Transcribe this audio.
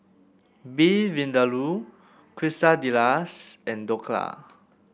Beef Vindaloo Quesadillas and Dhokla